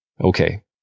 okay